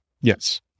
Yes